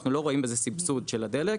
אנחנו לא רואים בזה סבסוד של הדלק,